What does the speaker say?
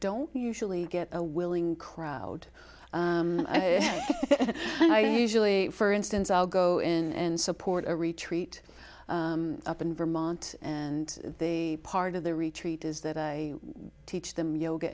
don't usually get a willing crowd and i usually for instance i'll go in and support a retreat up in vermont and the part of the retreat is that i teach them yoga